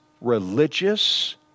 religious